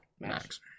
Max